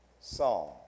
Psalm